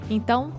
Então